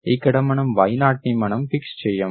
ఇక్కడ మనం y0ని మనం ఫిక్స్ చెయ్యము